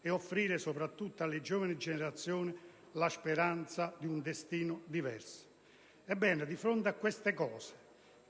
e offrire, soprattutto alle giovani generazioni, la speranza di un destino diverso. Ebbene, di fronte a questo stato di cose,